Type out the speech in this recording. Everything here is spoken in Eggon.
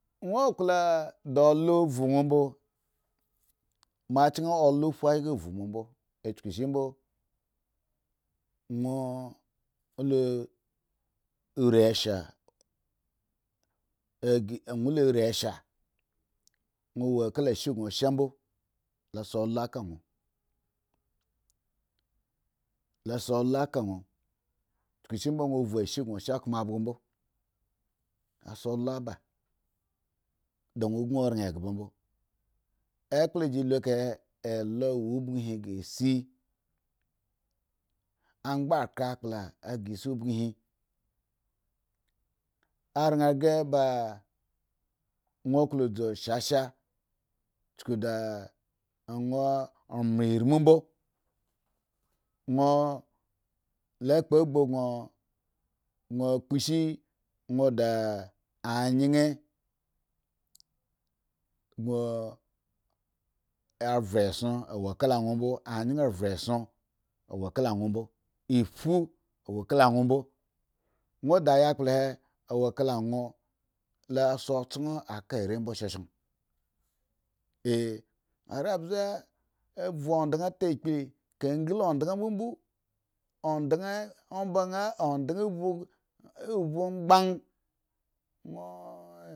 Won wo alo vuwon mbo, mo chen phu ayga douu mo mbo o chuku shi mbo won lori esha won leri esha won wo kala ashe gon sha mbo, losi olo a ka won lase olo ka won chuku shi mbo mavu ashe gon shz kma abgo mbo, a se do aba da won gon aran egba mbo. ekple ji lu eka ha elo wo obon he ghre si anghre khre akpla aghre se ogun h, oran ghre ba won wo dzu shasha da won muen irimumbo, won le kpo gbo gon kpo shi won de anyen bo aure eson wo kala won mbo anyen vre son wo kala won mb o, ephu wokala won mbo won de ayalpo he a wo kala won la se otson mbo ka me shashan, eh are abze a u ndan ata akplika angli ndaa mbobo, ndan omba an ndan ophu nbgan